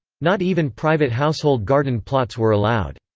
not even private household garden plots were allowed.